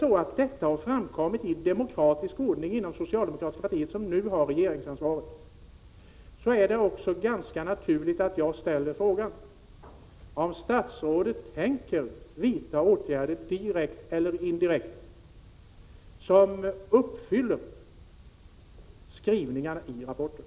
Har detta framkommit i demokratisk ordning inom det socialdemokratiska partiet, som nu har regeringsansvaret, så är det också ganska naturligt att jag ställer frågan om statsrådet tänker vidta åtgärder — direkt eller indirekt — som uppfyller skrivningen i rapporten.